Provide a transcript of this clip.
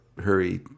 hurry